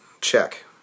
Check